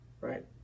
right